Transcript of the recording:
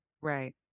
Right